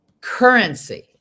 currency